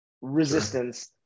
Resistance